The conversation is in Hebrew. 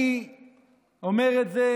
אני אומר את זה,